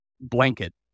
blanket